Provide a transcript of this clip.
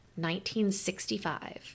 1965